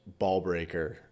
Ballbreaker